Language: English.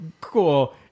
cool